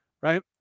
right